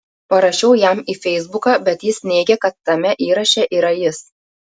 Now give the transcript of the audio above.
parašiau jam į feisbuką bet jis neigė kad tame įraše yra jis